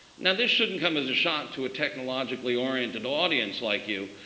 now this shouldn't come as a shock to a technologically oriented audience like you.